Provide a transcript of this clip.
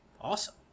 Awesome